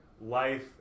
life